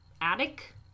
attic